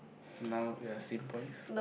it's now we're same points